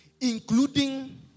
including